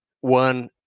one